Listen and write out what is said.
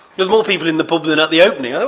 there's more people in the pub than at the opening,